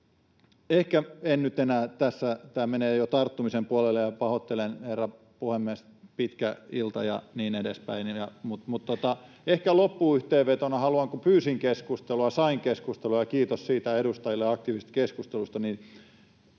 ehkä en nyt enää tässä enempää. Tämä menee jo tarttumisen puolelle, ja pahoittelen, herra puhemies, pitkä ilta ja niin edespäin. Mutta ehkä loppuyhteenvetona haluan — kun pyysin keskustelua, sain keskustelua, ja kiitos edustajille aktiivisesta keskustelusta